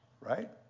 right